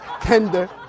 tender